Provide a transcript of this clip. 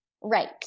Right